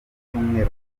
icyumweru